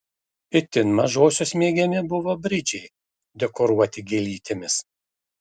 itin mažosios mėgiami buvo bridžiai dekoruoti gėlytėmis